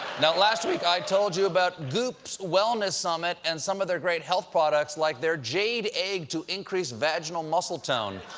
last week, i told you about goop's wellness summit and some of their great health products like their jade egg to increase vaginal muscle tone,